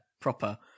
proper